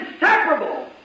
inseparable